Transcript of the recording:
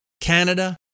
Canada